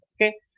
Okay